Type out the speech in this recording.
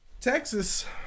Texas